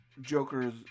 Joker's